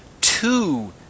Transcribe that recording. two